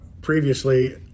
previously